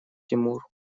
тимур